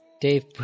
Dave